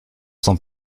sont